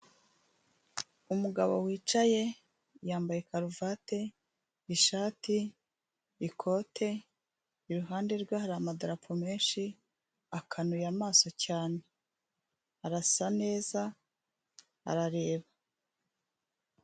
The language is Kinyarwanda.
Umugabo wicaye yambaye karuvati ishati, ikote, iruhande rwe hari amadarapo menshi, akanuye amaso cyane, arasa neza arareba.